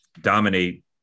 dominate